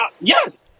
Yes